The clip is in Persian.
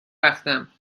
رفتم